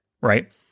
right